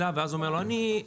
ואז הוא אומר לו: אני,